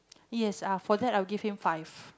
yes uh for that I'll give him five